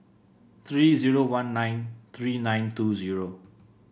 three zero one nine three nine two zero